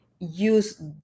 Use